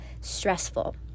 stressful